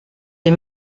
les